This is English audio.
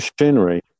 machinery